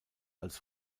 als